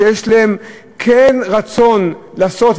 שכן יש להם רצון לעשות,